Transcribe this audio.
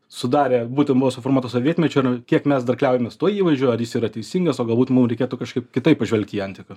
sudarė būtent buvo suformuoto sovietmečiu ar kiek mes dar kliaujamės tuo įvaizdžiu ar jis yra teisingas o galbūt mums reikėtų kažkaip kitaip pažvelgti į antiką